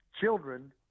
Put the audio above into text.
children